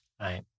Right